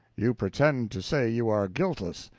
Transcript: you pretend to say you are guiltless!